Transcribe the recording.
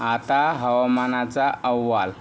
आता हवामानाचा अहवाल